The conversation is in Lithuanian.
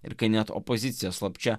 ir kai net opozicija slapčia